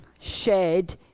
shared